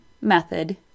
method